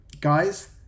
guys